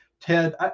Ted